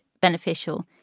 beneficial